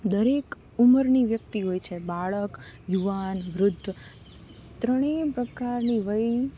દરેક ઉંમરની વ્યક્તિ હોય છે બાળક યુવાન વૃદ્ધ ત્રણેય પ્રકારની વય